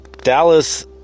Dallas